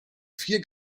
vier